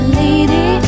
lady